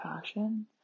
passion